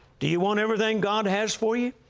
do you want everything god has for you?